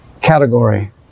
category